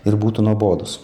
ir būtų nuobodūs